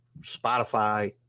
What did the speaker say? Spotify